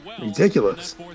Ridiculous